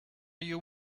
you